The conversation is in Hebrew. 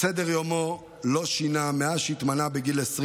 את סדר-יומו לא שינה מאז התמנה בגיל 20